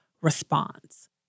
response